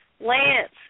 Lance